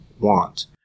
want